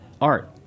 art